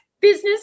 business